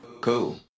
Cool